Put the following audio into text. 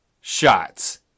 Shots